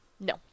No